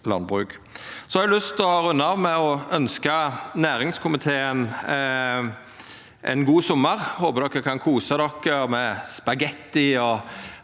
til å runda av med å ønskja næringskomiteen ein god sommar. Eg håpar dei kan kosa seg med spagetti og